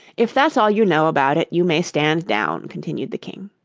if that's all you know about it, you may stand down continued the king.